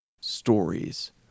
stories